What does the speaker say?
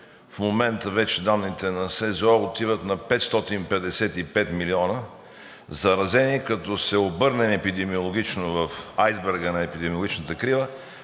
в момента вече данните на СЗО отиват на 555 милиона заразени, като се обърнем епидемиологично в айсберга на епидемиологичната крива,